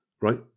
right